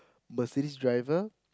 Mercedes driver